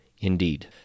indeed